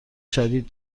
شدید